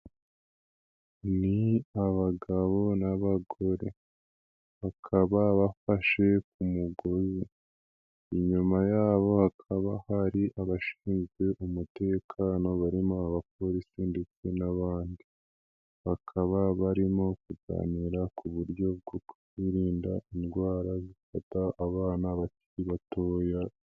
Ni abagabo n'abagore bakaba bafashe ku mugozi, inyuma yabo hakaba hari abashinzwe umutekano barimo abapolisi ndetse n'abandi, bakaba barimo kuganira ku buryo bwo kwirinda indwara zifata abana bakiri batoya.